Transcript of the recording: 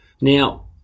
Now